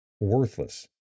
worthless